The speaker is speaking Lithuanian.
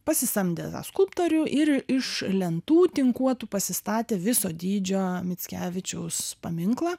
pasisamdė tą skulptorių ir iš lentų tinkuotų pasistatė viso dydžio mickevičiaus paminklą